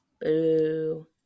boo